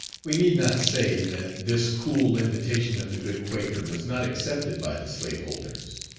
we need not say that this cool invitation of the good quaker was not accepted by the slaveholders.